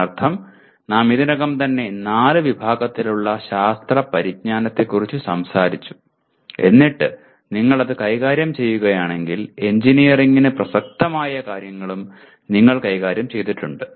അതിനർത്ഥം നാം ഇതിനകം തന്നെ നാല് വിഭാഗത്തിലുള്ള ശാസ്ത്ര പരിജ്ഞാനത്തെക്കുറിച്ച് സംസാരിച്ചു എന്നിട്ട് നിങ്ങൾ അത് കൈകാര്യം ചെയ്യുകയാണെങ്കിൽ എഞ്ചിനീയറിംഗിനു പ്രസക്തമായ കാര്യങ്ങളും നിങ്ങൾ കൈകാര്യം ചെയ്തിട്ടുണ്ട്